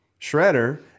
Shredder